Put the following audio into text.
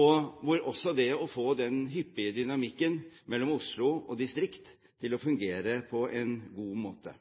å få den hyppige dynamikken mellom Oslo og distrikt til å fungere på en god måte.